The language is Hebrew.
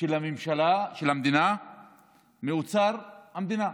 של המדינה מאוצר המדינה.